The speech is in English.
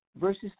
verses